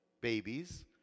babies